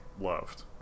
loved